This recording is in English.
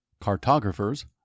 Cartographers